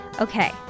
Okay